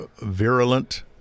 virulent